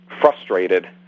frustrated